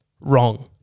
Wrong